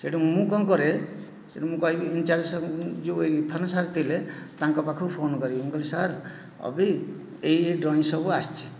ସେଠୁ ମୁଁ କ'ଣ କରେ ସେଠୁ ମୁଁ କହିବି ଇନ୍ ଚାର୍ଜ ସାର୍ଙ୍କୁ ଯେଉଁ ଇରଫାନ୍ ସାର୍ ଥିଲେ ତାଙ୍କ ପାଖକୁ ଫୋନ୍ କରିବି ମୁଁ କହିବି ସାର୍ ଅଭି ଏଇ ଏଇ ଡ୍ରଇଂ ସବୁ ଆସିଛି